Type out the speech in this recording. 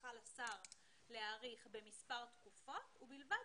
הסמכה לשר להאריך במספר תקופות ובלבד